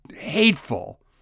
hateful